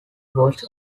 watched